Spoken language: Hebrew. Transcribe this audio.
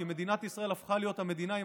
כי מדינת ישראל הפכה להיות המדינה עם